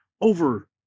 over